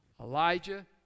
Elijah